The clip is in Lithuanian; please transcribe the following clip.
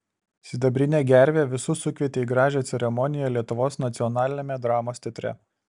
sidabrinė gervė visus sukvietė į gražią ceremoniją lietuvos nacionaliniame dramos teatre